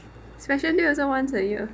special day once a year